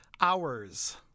Hours